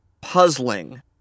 puzzling